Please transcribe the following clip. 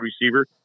receiver